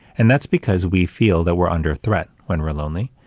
and that's because we feel that we're under threat when we're lonely.